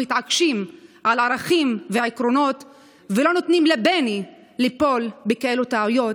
מתעקשים על ערכים ועקרונות ולא נותנים לבני ליפול בכאלה טעויות,